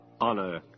honor